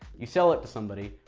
you sell it to somebody,